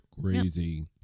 crazy